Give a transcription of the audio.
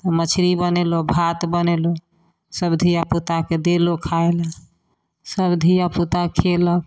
तऽ मछरी बनेलहुॅं भात बनेलहुॅं सब धियापुताके देलहुॅं खाय लए सब धियापुता खेलक